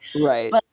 Right